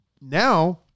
Now